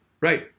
right